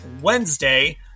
Wednesday